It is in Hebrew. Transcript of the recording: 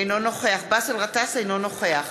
אינו נוכח באסל גטאס, אינו נוכח